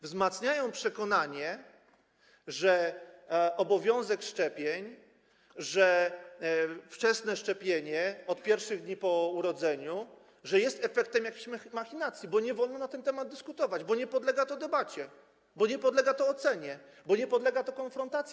Wzmacniają przekonanie, że obowiązek szczepień, że wczesne szczepienie, w pierwszych dniach po urodzeniu, jest efektem jakiś machinacji, bo nie wolno na ten temat dyskutować, bo nie podlega to debacie, bo nie podlega to ocenie, bo nie podlega to konfrontacji.